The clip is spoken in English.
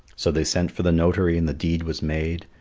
so they sent for the notary and the deed was made,